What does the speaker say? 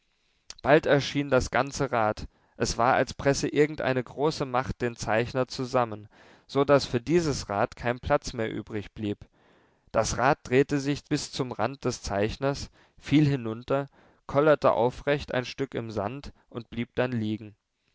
bald erschien das ganze rad es war als presse irgendeine große macht den zeichner zusammen so daß für dieses rad kein platz mehr übrig blieb das rad drehte sich bis zum rand des zeichners fiel hinunter kollerte aufrecht ein stück im sand und blieb dann liegen